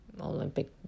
Olympic